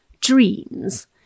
dreams